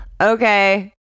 okay